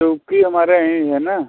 चौकी हमारा यहीं है ना